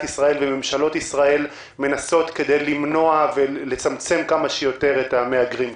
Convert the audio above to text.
ישראל וממשלות ישראל מנסות כדי למנוע ולצמצם כמה שיותר את המהגרים כאן.